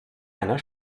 einer